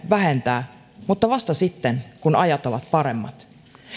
vähentää mutta vasta sitten kun ajat ovat paremmat